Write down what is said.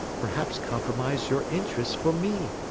perhaps compromise your interests for me,